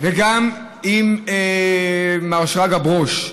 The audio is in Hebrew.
וגם עם מר שרגא ברוש,